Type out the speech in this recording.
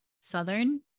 southern